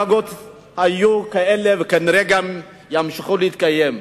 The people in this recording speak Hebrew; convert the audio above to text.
היו מפלגות כאלה, וכנראה גם ימשיכו להתקיים,